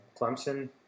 Clemson